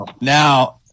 now